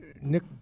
Nick